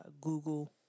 Google